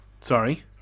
Sorry